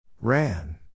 Ran